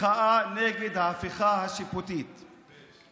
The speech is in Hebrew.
מחאה נגד ההפיכה המשפטית, טיפש.